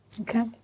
Okay